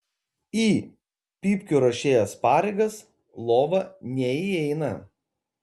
į pypkių ruošėjos pareigas lova neįeina